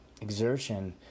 exertion